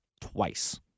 twice